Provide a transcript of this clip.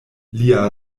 lia